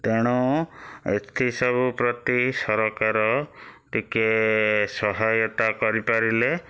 ତେଣୁ ଏଥିସବୁ ପ୍ରତି ସରକାର ଟିକିଏ ସହାୟତା କରିପାରିଲେ